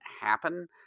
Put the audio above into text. happen